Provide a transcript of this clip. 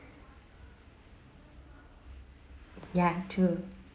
ya true